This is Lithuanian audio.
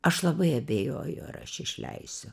aš labai abejoju ar aš išleisiu